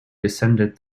descended